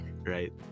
right